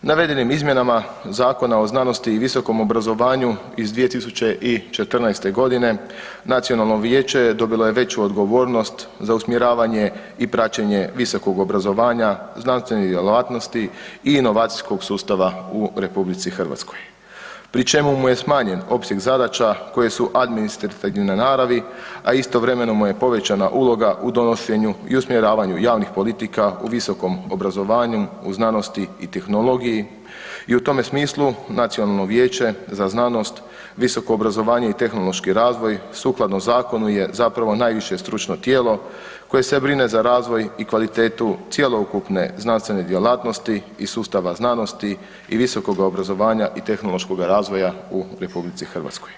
Navedenim izmjenama Zakona o znanosti i visokom obrazovanju iz 2014. godine nacionalno vijeće dobilo je veću odgovornost za usmjeravanje i praćenje visokog obrazovanja, znanstvene djelatnosti i inovacijskog sustava u RH pri čemu mu je smanjen opseg zadaća koje su administrativne naravi, a istovremeno mu je povećana uloga u donošenju i usmjeravanju javnih politika u visokom obrazovanju, u znanosti i tehnologiji i u tome smislu Nacionalno vijeće za znanost, visoko obrazovanje i tehnološki razvoj sukladno zakonu je zapravo najviše stručno tijelo koje se brine za razvoj i kvalitetu cjelokupne znanstvene djelatnosti iz sustava znanosti i visokoga obrazovanja i tehnološkoga razvoja u RH.